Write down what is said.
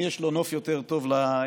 מי יש לו נוף יותר טוב לים,